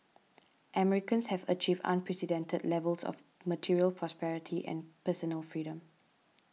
Americans have achieved unprecedented levels of material prosperity and personal freedom